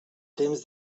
temps